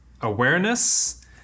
awareness